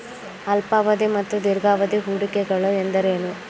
ಅಲ್ಪಾವಧಿ ಮತ್ತು ದೀರ್ಘಾವಧಿ ಹೂಡಿಕೆಗಳು ಎಂದರೇನು?